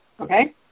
Okay